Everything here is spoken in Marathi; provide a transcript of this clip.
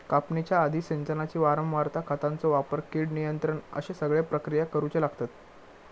कापणीच्या आधी, सिंचनाची वारंवारता, खतांचो वापर, कीड नियंत्रण अश्ये सगळे प्रक्रिया करुचे लागतत